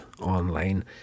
online